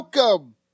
Welcome